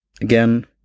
Again